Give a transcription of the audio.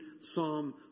Psalm